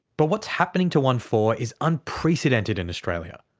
but what's happening to onefour is unprecedented in australia.